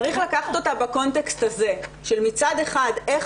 צריך לקחת אותה בקונטקסט הזה של מצד אחד איך